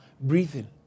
breathing